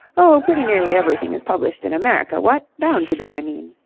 oh, pretty nearly everything is published in america, what? bound to be, i mean.